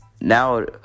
Now